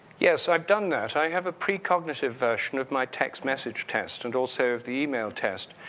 yes, i've done that. i have a precognitive version of my text message test and also of the email test,